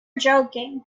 joking